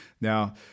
Now